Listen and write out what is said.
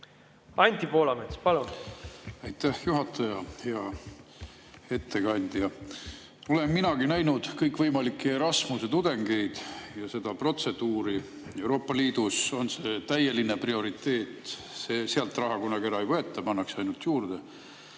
Anti Poolamets, palun! Aitäh, juhataja! Hea ettekandja! Olen minagi näinud kõikvõimalikke Erasmuse tudengeid ja seda protseduuri, Euroopa Liidus on see täieline prioriteet, sealt raha kunagi ära ei võeta, pannakse ainult juurde.